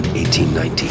1890